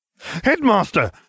Headmaster